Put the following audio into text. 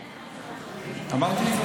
כבוד השר אמר: לפעמים, אמרתי: